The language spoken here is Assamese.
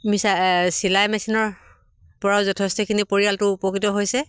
মিচাই চিলাই মেচিনৰ পৰাও যথেষ্টখিনি পৰিয়ালটো উপকৃত হৈছে